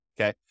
okay